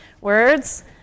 words